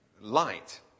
light